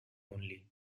only